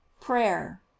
prayer